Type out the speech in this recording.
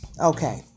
Okay